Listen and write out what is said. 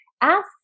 ask